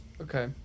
Okay